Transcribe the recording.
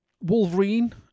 wolverine